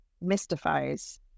mystifies